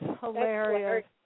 hilarious